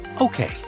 Okay